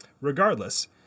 Regardless